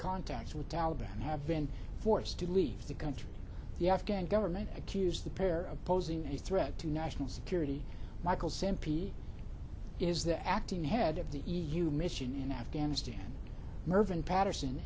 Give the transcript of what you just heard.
contacts with taliban have been forced to leave the country the afghan government accuse the pair of posing a threat to national security michael sam p is the acting head of the e u mission in afghanistan mervyn patterson